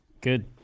Good